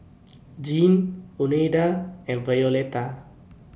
Gene Oneida and Violetta